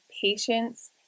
patience